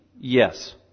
Yes